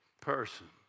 person